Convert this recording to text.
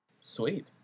Sweet